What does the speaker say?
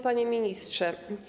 Panie Ministrze!